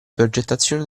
progettazione